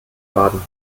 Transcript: baden